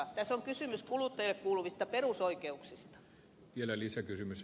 tässä on kysymys kuluttajille kuuluvista perusoikeuksista